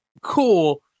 Cool